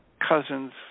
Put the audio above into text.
cousins